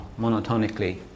monotonically